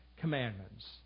commandments